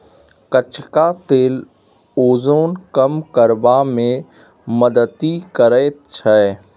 कचका तेल ओजन कम करबा मे मदति करैत छै